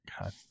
God